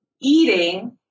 Eating